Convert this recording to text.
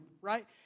right